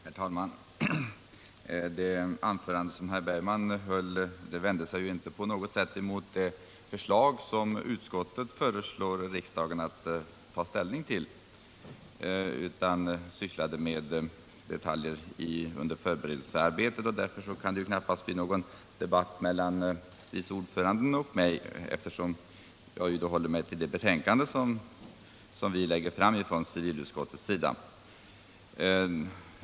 Herr talman! Det anförande som herr Bergman höll vände sig inte på något sätt mot det förslag som utskottet föreslår riksdagen att ta ställning till, utan det sysslade med detaljer under förberedelsearbetet. Det kan därför knappast bli någon debatt mellan vice ordföranden och mig, eftersom jag håller mig till det betänkande som civilutskottet lägger fram.